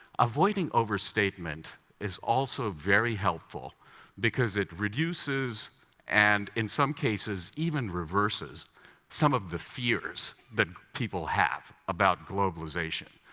avoiding overstatement is also very helpful because it reduces and in some cases even reverses some of the fears that people have about globalization.